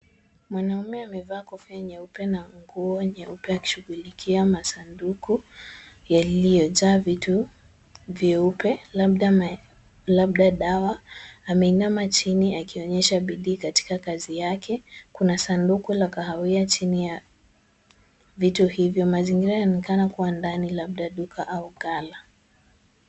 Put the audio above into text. Mwanaume amevaa kofia nyeupe na nguo nyeupe akishughulikia masanduku yaliyojaa vitu vyeupe labda, labda dawa, ameinama chini akionyesha bidii katika kazi yake. Kuna sanduku la kahawia chini ya vitu hivyo. Mazingira yanaonekana kuwa ndani labda duka au ghala.